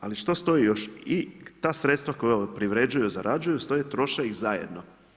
Ali što stoji još, i ta sredstva koja privređuju, zarađuju, stoje, troše ih zajedno.